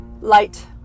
light